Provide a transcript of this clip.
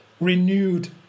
renewed